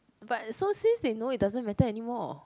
but so since they know it doesn't matter anymore